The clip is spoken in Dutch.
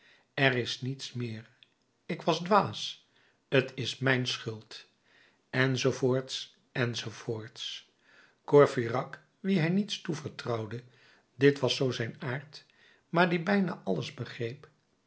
er is niets meer ik was dwaas t is mijn schuld enz enz courfeyrac wien hij niets toevertrouwde dit was zoo zijn aard maar die bijna alles begreep